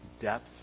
depth